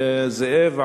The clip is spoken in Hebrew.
זאב,